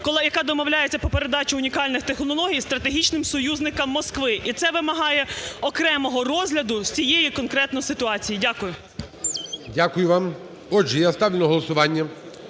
яка домовляється про передачу унікальних технологій стратегічним союзникам Москви. І це вимагає окремого розгляду з цієї конкретно ситуації. Дякую. ГОЛОВУЮЧИЙ. Дякую вам. Отже, я ставлю на голосування